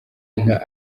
inka